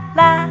la